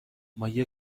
مایه